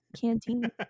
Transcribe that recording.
canteen